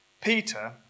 Peter